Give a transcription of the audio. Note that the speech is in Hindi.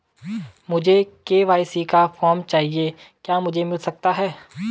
मुझे के.वाई.सी का फॉर्म चाहिए क्या मुझे मिल सकता है?